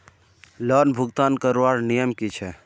Loan भुगतान करवार नियम की छे?